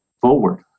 forward